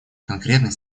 конкретной